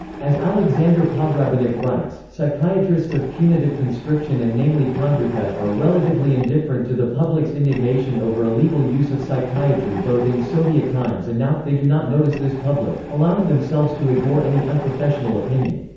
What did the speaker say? as alexander podrabinek writes, psychiatrists of punitive conscription and namely kondratev are relatively indifferent to the public's indignation over illegal use of psychiatry both in soviet times and now, they do not notice this public, allowing themselves to ignore any unprofessional opinion.